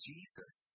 Jesus